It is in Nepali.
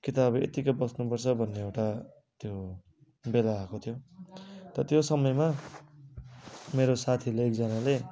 कि त अब यतिकै बस्नु पर्छ भन्ने एउटा त्यो बेला आएको थियो त त्यो समयमा मेरो साथीले एकजनाले